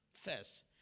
first